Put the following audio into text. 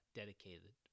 dedicated